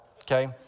okay